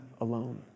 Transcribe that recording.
alone